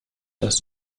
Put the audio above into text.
dass